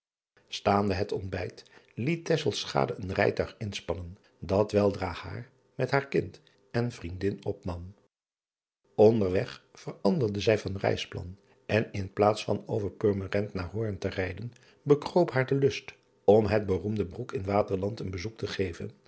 taande het ontbijt liet een rijtuig inspannen dat weldra haar met haar kind en vriendin opnam nderwege veranderde zij van reisplan en in plaats van over urmerend naar oorn te rijden bekroop haar de lust om het beroemde roek in aterland een bezoek te geven